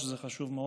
שזה חשוב מאוד,